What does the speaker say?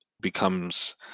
becomes